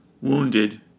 wounded